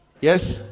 Yes